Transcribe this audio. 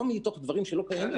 לא מתוך דברים שלא קיימים.